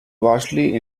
vastly